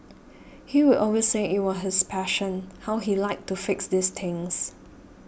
he will always say it was his passion how he liked to fix these things